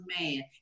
man